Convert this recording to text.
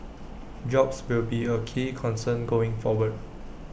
jobs will be A key concern going forward